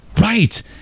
Right